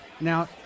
Now